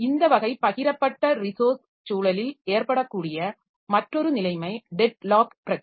இந்த வகை பகிரப்பட்ட ரிசோர்ஸ் சூழலில் ஏற்படக்கூடிய மற்றொரு நிலைமை டெட்லாக் பிரச்சனை